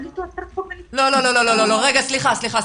לא, לא, סליחה.